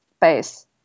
base